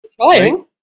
trying